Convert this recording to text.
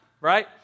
right